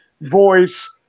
voice